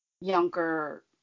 younger